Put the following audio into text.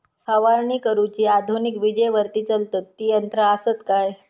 फवारणी करुची आधुनिक विजेवरती चलतत ती यंत्रा आसत काय?